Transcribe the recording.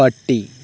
പട്ടി